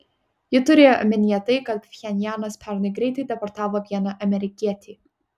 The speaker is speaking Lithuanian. ji turėjo omenyje tai kad pchenjanas pernai greitai deportavo vieną amerikietį